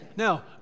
Now